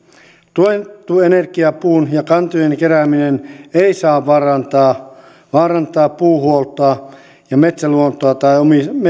tuettu energiapuun ja kantojen kerääminen ei saa vaarantaa vaarantaa puun huoltoa ja metsäluontoa tai